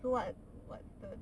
so what what's the